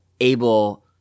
able –